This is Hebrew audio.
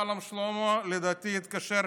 שלום שלמה התקשר,